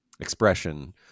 expression